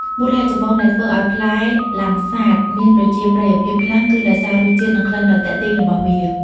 មូលហេតុចម្បងដែលធ្វើឲ្យផ្លែលាំងសាតមានប្រជាប្រិយភាពខ្លាំងគឺដោយសារ រសជាតិ និងក្លិនដ៏ទាក់ទាញ របស់វា។